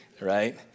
right